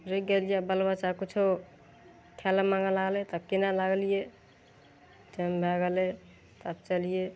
रूकि गेलिए आब बाल बच्चा किच्छो खै लए माँगे लागलै तऽ कीनऽ लागलीये टाइम भऽ गेलै तऽ आब चलिये